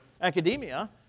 academia